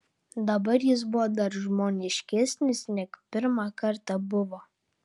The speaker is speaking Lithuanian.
dabar jis buvo dar žmoniškesnis neg pirma kad buvo